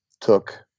took